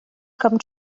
come